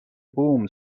بوم